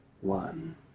one